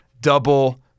double